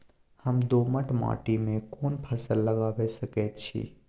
हम दोमट माटी में कोन फसल लगाबै सकेत छी?